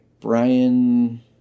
Brian